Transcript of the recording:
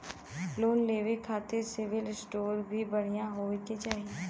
Loan लेवे के खातिन सिविल स्कोर भी बढ़िया होवें के चाही?